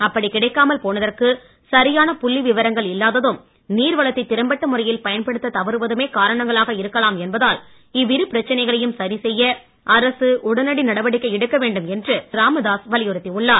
அப்படி கிடைக்காமல் போனதற்கு சரியான புள்ளி விவரங்கள் இல்லாததும் நீர் வளத்தை திறம்பட்ட முறையில் பயன்படுத்த தவறுவதுமே காரணங்களாக இருக்கலாம் என்பதால் இவ்விரு பிரச்சனைகளையும் சரி செய்ய அரசு உடனடி நடவடிக்கை எடுக்க வேண்டும் என்று டாக்டர் ராமதாஸ் வலியுறுத்தி உள்ளார்